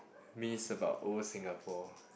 miss about old Singapore